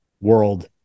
world